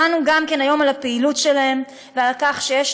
שמענו היום על הפעילות שלהם ועל כך שיש